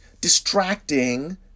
distracting